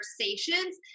conversations